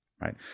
right